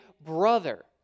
brother